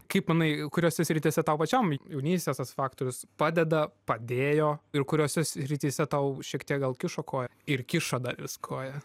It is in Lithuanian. kaip manai kuriose srityse tau pačiam jaunystės tas faktorius padeda padėjo ir kuriose srityse tau šiek tiek gal kišo koją ir kiša dar vis koją